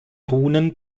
runen